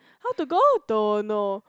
how to go don't know